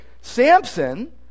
Samson